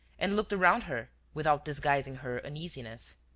and looked around her without disguising her uneasiness.